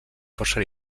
força